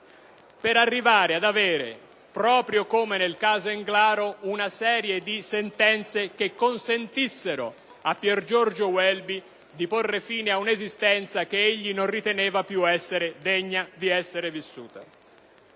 per arrivare ad avere, proprio come nel caso Englaro, una serie di sentenze che gli consentissero di porre fine ad un'esistenza che egli non riteneva più degna di essere vissuta.